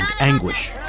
anguish